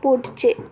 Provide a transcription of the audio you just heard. पुढचे